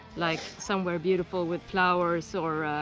like somewhere beautiful with flowers or.